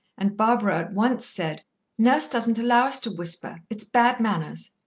and barbara at once said nurse doesn't allow us to whisper. it's bad manners.